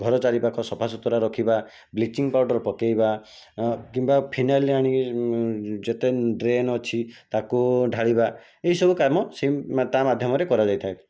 ଘର ଚାରିପାଖ ସଫାସୁତୁରା ରଖିବା ବ୍ଲିଚିଂ ପାଉଡର୍ ପକାଇବା କିମ୍ବା ଫିନାଇଲ୍ ଆଣିକି ଯେତେ ଡ୍ରେନ୍ ଅଛି ତାକୁ ଢ଼ାଳିବା ଏହି ସବୁ କାମ ସେ ତା' ମାଧ୍ୟମରେ କରାଯାଇଥାଏ